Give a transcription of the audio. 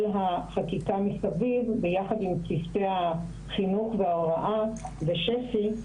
החקיקה מסביב ביחד עם צוותי החינוך וההוראה ושפ"י,